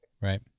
right